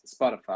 Spotify